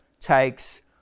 takes